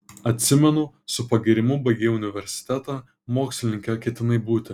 atsimenu su pagyrimu baigei universitetą mokslininke ketinai būti